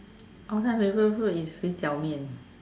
all time favourite food is 水饺面